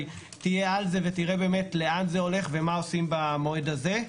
תהיה על זה ותראה לאן זה הולך ומה עושים במועד הזה.